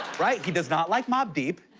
right? he does not like mobb deep.